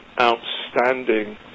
outstanding